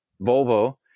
Volvo